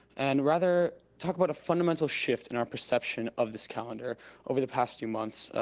and rather talk about a fundamental shift in our perception of this calendar over the past few months,